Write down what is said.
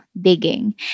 digging